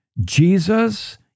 Jesus